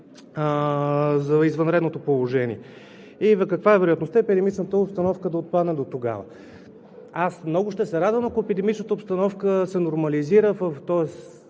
за извънредното положение? Каква е вероятността епидемичната обстановка да отпадне дотогава? Много ще се радвам, ако епидемичната обстановка се нормализира, тоест